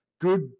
good